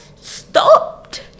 stopped